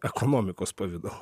ekonomikos pavidalu